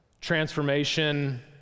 transformation